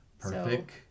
Perfect